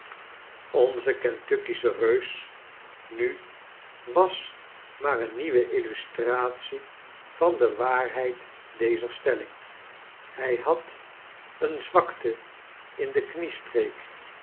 onze kentuckische reus nu was maar een nieuwe illustratie van de waarheid dezer stelling hij had een zwakte in de